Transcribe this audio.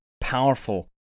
powerful